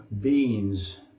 beings